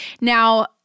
Now